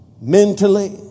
mentally